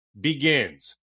begins